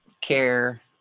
Care